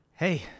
Hey